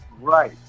Right